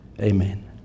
Amen